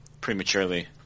prematurely